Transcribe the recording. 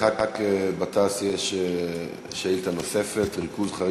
לחבר הכנסת גטאס יש שאילתה נוספת: ריכוז חריג